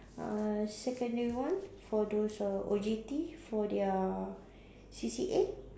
uh secondary one for those who are for their C_C_A